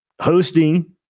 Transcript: hosting